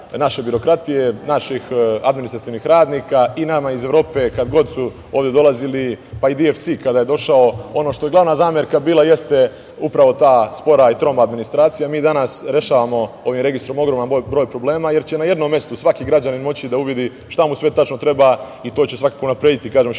naše birokratije, naših administrativnih radnika. Nama iz Evrope kad god su ovde dolazili, pa i DFS kada je došao, ono što je glavna zamerka bila jeste upravo ta spora i troma administracija. Mi danas rešavamo ovim registrom ogroman broj problema, jer će na jednom mestu svaki građanin moći da uvidi šta mu sve tačno treba i to će svakako unaprediti privredni